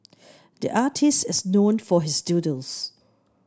the artist is known for his doodles